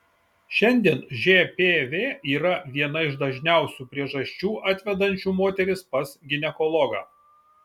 šiandien žpv yra viena iš dažniausių priežasčių atvedančių moteris pas ginekologą